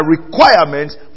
requirements